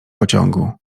pociągu